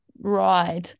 right